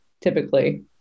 typically